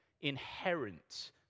inherent